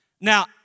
Now